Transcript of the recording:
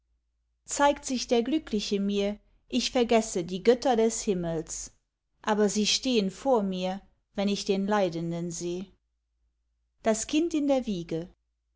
zeigt sich der glückliche mir ich vergesse die götter des himmels aber sie stehen vor mir wenn ich den leidenden seh das kind in der wiege